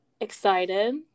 excited